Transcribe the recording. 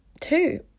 two